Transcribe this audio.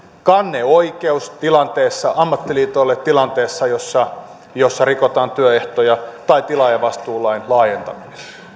kanneoikeus ammattiliitoille tilanteessa jossa jossa rikotaan työehtoja tilaajavastuulain laajentaminen